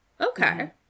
okay